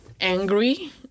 angry